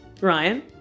Ryan